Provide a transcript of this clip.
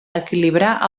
equilibrar